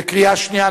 בקריאה שנייה,